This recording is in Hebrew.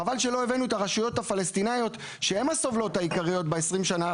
חבל שלא הבאנו את הרשויות הפלסטינאיות שהן הסובלות העיקריות ב-20 שנה,